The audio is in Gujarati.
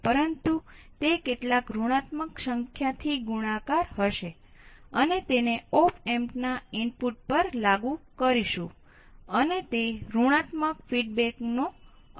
પરંતુ તેના બદલે ચાલો આપણે કહીએ કે Vp 1